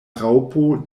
raŭpo